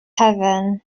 heaven